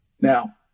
Now